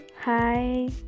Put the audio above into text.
hi